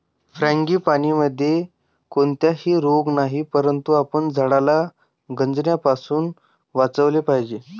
फ्रांगीपानीमध्ये कोणताही रोग नाही, परंतु आपण झाडाला गंजण्यापासून वाचवले पाहिजे